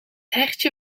hertje